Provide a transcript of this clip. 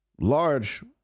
Large